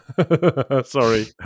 Sorry